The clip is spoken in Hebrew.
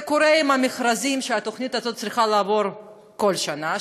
זה קורה עם המכרזים שהתוכנית הזאת צריכה לעבור כל שנה,